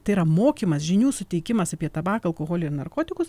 tai yra mokymas žinių suteikimas apie tabaką alkoholįir narkotikus